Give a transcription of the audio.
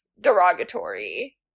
derogatory